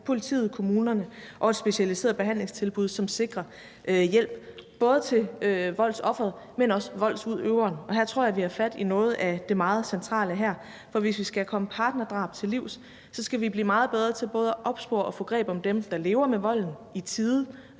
politiet, kommunerne og et specialiseret behandlingstilbud, som sikrer hjælp, både til voldsofferet, men også til voldsudøveren. Og her tror jeg, vi har fat i noget af det meget centrale, for hvis vi skal komme partnerdrab til livs, skal vi blive meget bedre til både at opspore og få greb om dem, der lever med volden, i tide